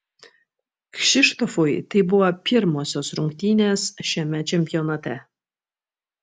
kšištofui tai buvo pirmosios rungtynės šiame čempionate